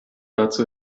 dazu